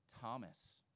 Thomas